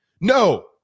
no